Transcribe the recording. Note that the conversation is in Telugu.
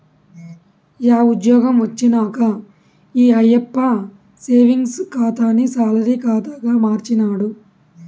యా ఉజ్జ్యోగం వచ్చినంక ఈ ఆయప్ప సేవింగ్స్ ఖాతాని సాలరీ కాతాగా మార్చినాడు